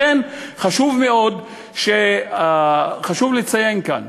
לכן, חשוב מאוד לציין כאן: